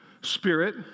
Spirit